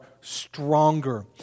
stronger